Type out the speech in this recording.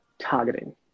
targeting